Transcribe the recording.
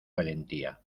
valentía